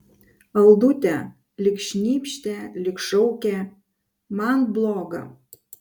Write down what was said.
aldute lyg šnypštė lyg šaukė man bloga